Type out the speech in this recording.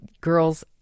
Girls